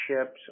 ships